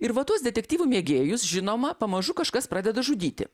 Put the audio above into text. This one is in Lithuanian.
ir va tuos detektyvų mėgėjus žinoma pamažu kažkas pradeda žudyti